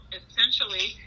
essentially